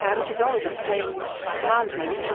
which is always a strange commandment,